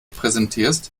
präsentierst